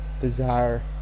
bizarre